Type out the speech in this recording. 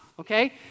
Okay